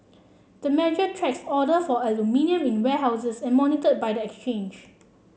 the measure tracks order for aluminium in warehouses and monitored by the exchange